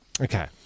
Okay